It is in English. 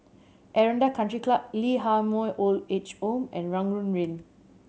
Aranda Country Club Lee Ah Mooi Old Age Home and Rangoon Lane